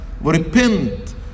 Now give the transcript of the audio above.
repent